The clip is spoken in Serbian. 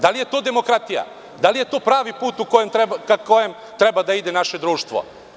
Da li je to demokratija, da li je to pravi put ka kojem treba da ide naše društvo?